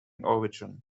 origin